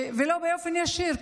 לא באופן ישיר,